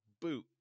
boot